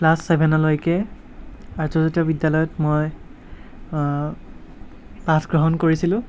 class ছেভেনলৈকে আৰ্য্য জাতীয় বিদ্যালয়ত মই পাঠ গ্ৰহণ কৰিছিলোঁ